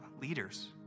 leaders